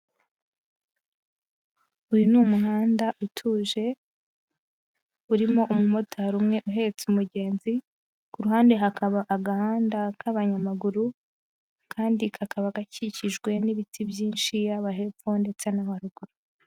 Uyu ni umuhanda utuje urimo umumotari umwe uhetse umugenzi, ku ruhande hakaba agahanda k'abanyamaguru kandi kakaba gakikijwe n'ibiti byinshi yaba hepfo ndetse no haruguru.